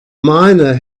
miner